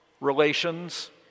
relations